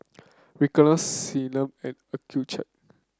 Ricola and Accucheck